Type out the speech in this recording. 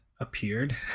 appeared